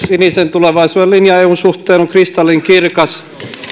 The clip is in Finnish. sinisen tulevaisuuden linja eun suhteen on kristallinkirkas